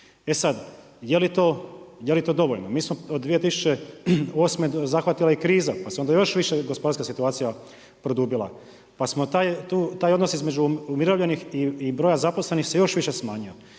E sad, je li to dovoljno? Mi smo od 2008. zahvatila je kriza, pa se onda još više gospodarska situacija produbila. Pa smo taj odnos između umirovljenih i broja zaposlenih se još više smanjio.